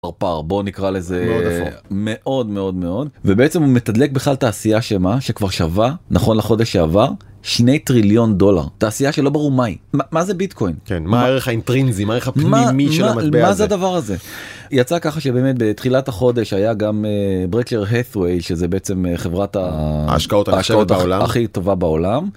בוא נקרא לזה מאוד מאוד מאוד ובעצם מתדלק בכלל תעשייה שמה שכבר שווה נכון החודש שעבר 2 טריליון דולר תעשייה שלא ברור מי מה זה ביטקוין מה הערך האינטרינזי מה הערך הפנימי של המדבר הזה. יצא ככה שבאמת בתחילת החודש היה גם ברקשר האת׳וואי שזה בעצם חברת ההשקעות הכי טובה בעולם.